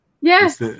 yes